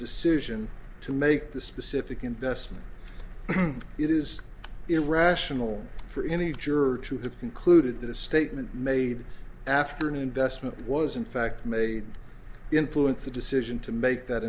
decision to make the specific investment it is irrational for any juror to have concluded that a statement made after an investment was in fact made influence the decision to make that